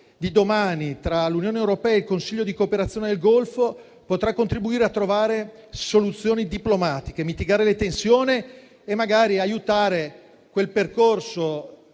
di domani tra l'Unione europea e il Consiglio di cooperazione del Golfo, potrà contribuire a trovare soluzioni diplomatiche, mitigare le tensioni e magari aiutare il percorso